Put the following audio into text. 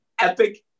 epic